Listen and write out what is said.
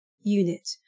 unit